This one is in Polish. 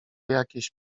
jakieś